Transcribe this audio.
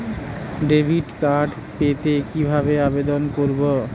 Debit card পেতে কিভাবে আবেদন করব?